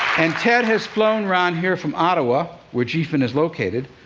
and ted has flown ron here from ottawa, where gphin is located,